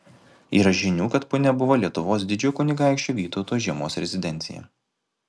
yra žinių kad punia buvo lietuvos didžiojo kunigaikščio vytauto žiemos rezidencija